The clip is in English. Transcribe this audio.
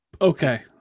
Okay